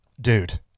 dude